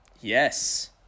yes